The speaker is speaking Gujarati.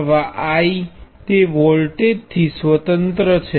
પ્રવાહ I તે વોલ્ટેજ થી સ્વતંત્ર છે